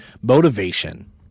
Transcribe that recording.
motivation